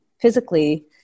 physically